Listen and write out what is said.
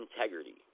integrity